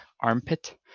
armpit